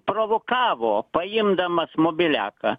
provokavo paimdamas mobiliaką